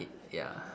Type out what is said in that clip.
it ya